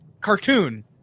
cartoon